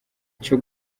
cyo